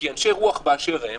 כי אנשי הרוח, באשר הם,